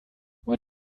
what